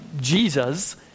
Jesus